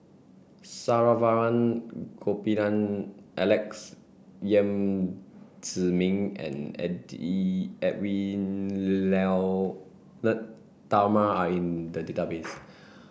Saravanan Gopinathan Alex Yam Ziming and Edwy Lyonet Talma are in the database